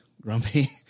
grumpy